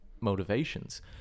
motivations